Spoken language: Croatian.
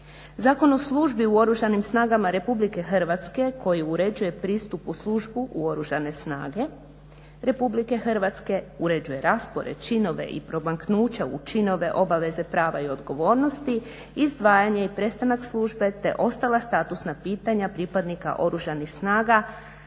Zakon o službi u Oružanim snagama Republike Hrvatsk e koji uređuje pristup u službu u Oružane snage Republike Hrvatske uređuje raspored, činove i promaknuća u činove obaveze, prava i odgovornosti, izdvajanje i prestanak službe te ostala statusna pitanja pripadnika Oružanih snaga